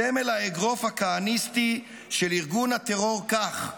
סמל האגרוף הכהניסטי של ארגון הטרור כך.